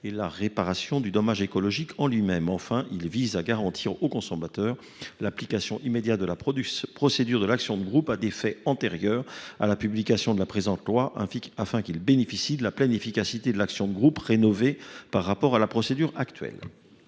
et la réparation du dommage écologique lui même. Enfin, il vise à garantir aux consommateurs l’application immédiate de la procédure de l’action de groupe à des faits antérieurs à la publication de la présente loi, afin qu’ils bénéficient de la pleine efficacité de l’action de groupe rénovée par rapport à la procédure actuelle.